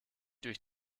durch